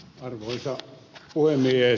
arvoisa puhemies